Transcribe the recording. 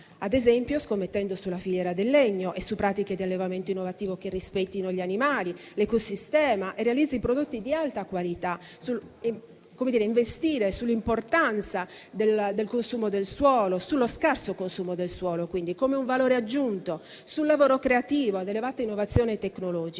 ad esempio scommettendo sulla filiera del legno e su pratiche di allevamento innovativo che rispettino gli animali e l'ecosistema e realizzino prodotti di alta qualità. È necessario investire sull'importanza dello scarso consumo del suolo come un valore aggiunto e sul lavoro creativo ad elevata innovazione tecnologica.